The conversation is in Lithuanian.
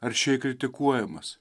aršiai kritikuojamas